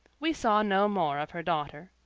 we saw no more of her daughter.